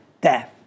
death